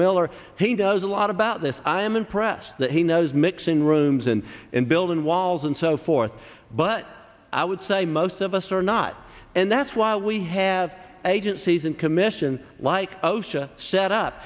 miller he does a lot about this i am impressed that he knows mixing rooms and in building walls and so forth but i would say most of us are not and that's why we have agencies and commission like osha set up